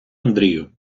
андрію